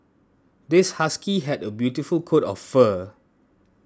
this husky has a beautiful coat of fur